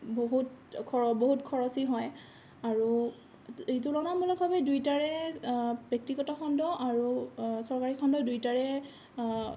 বহুত বহুত খৰচী হয় আৰু তুলনামূলকভাৱে দুইটাৰে ব্যক্তিগত খণ্ড আৰু চৰকাৰী খণ্ড দুয়োটাৰে